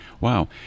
Wow